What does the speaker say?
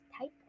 type